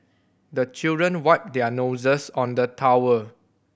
the children wipe their noses on the towel